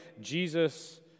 Jesus